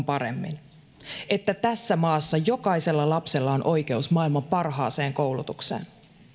paremmin että tässä maassa jokaisella lapsella on oikeus maailman parhaaseen koulutukseen